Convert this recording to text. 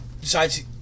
decides